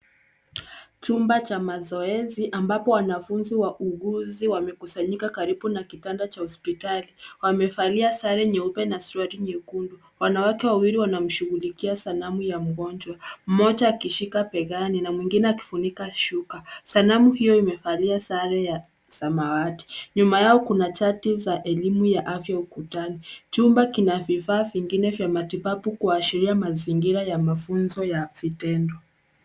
Chumba cha mazoezi ambapo wanafunzi wauguzi wamekusanyika karibu na kitanda cha hospitali. Wamevalia sare nyeupe na suruali nyekundu. Wanawake wawili wanamshugulikia sanamu ya mgonjwa, mmoja akishika begani na mwingine akifunika shuka. Sanamu hio imevalia sare ya samawati. Nyuma yao kuna sharti za elimu ya afya ukutani. Chumba kina vifaa vingine vya matibabu kuashiria mazingira ya mafunzo ya matibabu ya vitendo.